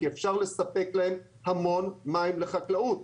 כי אפשר לספק להם המון מים לחקלאות.